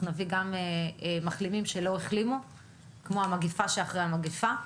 נביא גם מחלימים שלא החלימו כמו המגפה שאחרי המגפה.